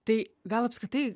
tai gal apskritai